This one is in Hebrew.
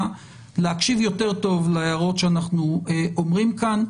להקשיב יותר טוב להערות שאנחנו אומרים כאן,